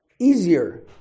easier